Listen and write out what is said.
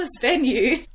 venue